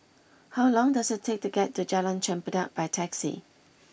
how long does it take to get to Jalan Chempedak by taxi